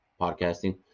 podcasting